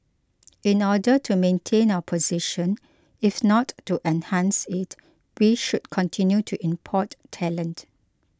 in order to maintain our position if not to enhance it we should continue to import talent